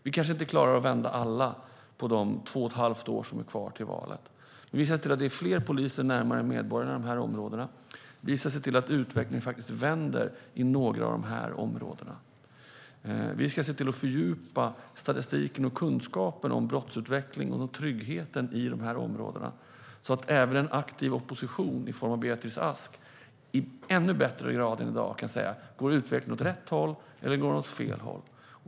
Vi kanske inte klarar att vända alla på de två och ett halvt år som är kvar till valet, men vi ska se till att det finns fler poliser närmare medborgarna i dessa områden och vi ska se till att utvecklingen faktiskt vänder i några av områdena. Vi ska se till att fördjupa statistiken och kunskapen om brottsutvecklingen och tryggheten i de här områdena så att även en aktiv opposition i form av Beatrice Ask i ännu högre grad än i dag kan säga om utvecklingen går åt rätt håll eller åt fel håll.